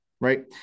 right